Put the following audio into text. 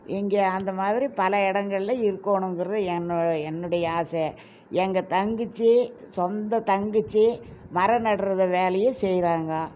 இங்கே அந்தமாதிரி பல இடங்கள்ல இருக்கணுங்கிறது என்னோடய என்னுடைய ஆசை எங்கள் தங்கச்சி சொந்த தங்கச்சி மரம் நடுறத வேலையை செய்கிறாங்க